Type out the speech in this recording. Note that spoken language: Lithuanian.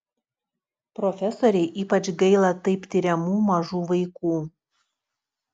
profesorei ypač gaila taip tiriamų mažų vaikų